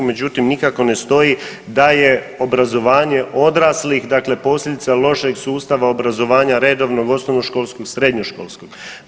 Međutim, nikako ne stoji da je obrazovanje odraslih dakle posljedica lošeg sustava obrazovanja redovnog osnovnoškolskog i srednjoškolskog.